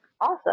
Awesome